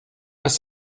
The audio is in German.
ist